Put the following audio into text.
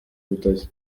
urutoki